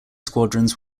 squadrons